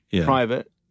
private